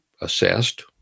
assessed